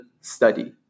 study